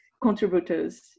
contributors